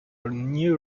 new